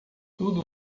tudo